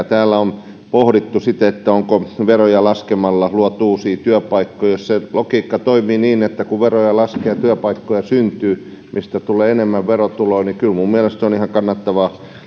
täällä on pohdittu sitä onko veroja laskemalla luotu uusia työpaikkoja jos se logiikka toimii niin että kun veroja lasketaan työpaikkoja syntyy mistä tulee enemmän verotuloja niin kyllä minun mielestäni se on ihan kannattavaa